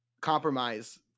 compromise